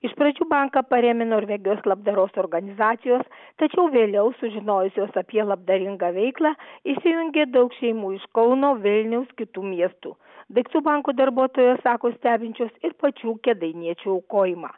iš pradžių banką parėmė norvegijos labdaros organizacijos tačiau vėliau sužinojusios apie labdaringą veiklą įsijungė daug šeimų iš kauno vilniaus kitų miestų daiktų banko darbuotojos sako stebinčios ir pačių kėdainiečių aukojimą